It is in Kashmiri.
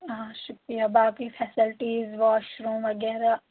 آ شُکریہ باقٕے فیسَلٹیٖز واشروٗم وغیرہ